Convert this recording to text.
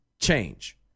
Change